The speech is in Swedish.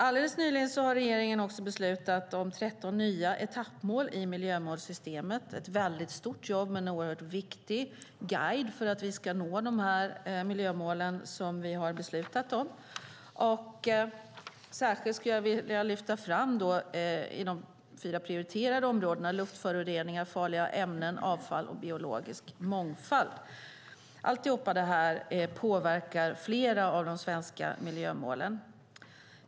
Alldeles nyligen har regeringen också beslutat om 13 nya etappmål i miljömålssystemet. Det är ett stort jobb, men det är en viktig guide för att vi ska nå de miljömål som vi har beslutat om. Särskilt skulle jag vilja lyfta fram de fyra prioriterade områdena Luftföroreningar, Farliga ämnen, Avfall och Biologisk mångfald. Allt detta påverkar flera av de svenska miljömålen.